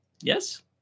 Yes